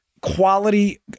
Quality